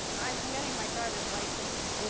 i'm getting my driver's license.